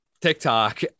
tiktok